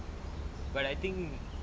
but I think